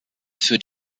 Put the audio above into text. für